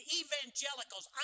evangelicals